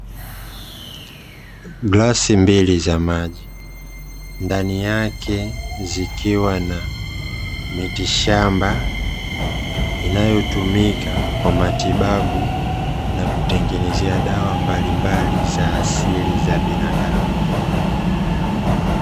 Glasi mbili za maji, ndani yake zikiwa na mitishamba, inayotumika kwa matibabu na kutengenezea dawa mbalimbali za asili za binadamu.